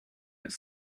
its